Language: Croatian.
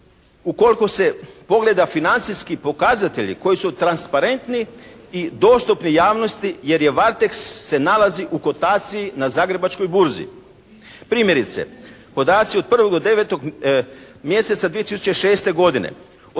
ukoliko se pogleda financijski pokazatelji koji su transparentni i dostupni javnosti, jer "Varteks" se nalazi u kotaciji na Zagrebačkoj burzi. Primjerice podaci od 1. do 9. mjeseca 2006. od